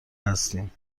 هستیم